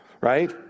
right